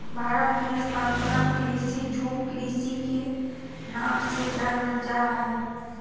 भारत मे स्थानांतरण कृषि, झूम कृषि के नाम से जानल जा हय